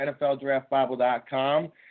NFLDraftBible.com